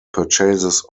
purchases